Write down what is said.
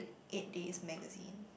eight days magazine